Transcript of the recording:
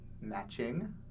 matching